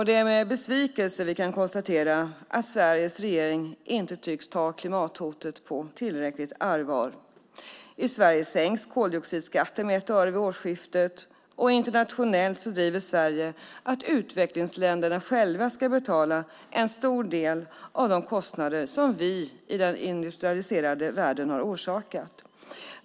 Det är med besvikelse vi kan konstatera att Sveriges regering inte tycks ta klimathotet på tillräckligt allvar. I Sverige sänks koldioxidskatten med 1 öre vid årsskiftet. Internationellt driver Sverige att utvecklingsländerna själva ska betala en stor del av de kostnader som vi i den industrialiserade världen har orsakat.